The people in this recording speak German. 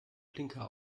blinker